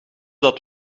dat